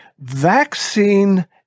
Vaccine